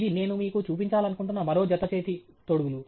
ఇది నేను మీకు చూపించాలనుకున్న మరో జత చేతి తొడుగులు